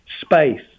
Space